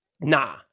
nah